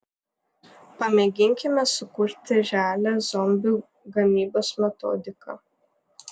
pamėginkime sukurti realią zombių gamybos metodiką